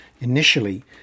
initially